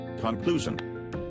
Conclusion